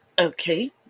Okay